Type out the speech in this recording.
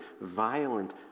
violent